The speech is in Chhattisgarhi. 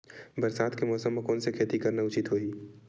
बरसात के मौसम म कोन से खेती करना उचित होही?